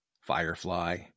Firefly